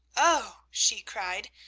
oh, she cried,